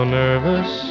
nervous